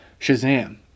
Shazam